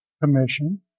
commission